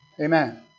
Amen